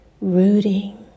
rooting